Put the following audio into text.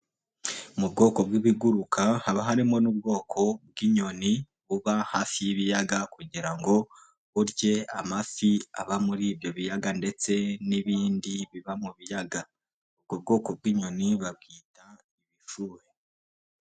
Mu bwoko bw'ibiguruka haba harimo n'ubwoko bw'inyoni, buba hafi y'ibiyaga kugira ngo burye amafi aba muri ibyo biyaga ndetse n'ibindi biba mu biyaga. Ubwo bwoko bw'inyoni buba bwitwa ibishuhe.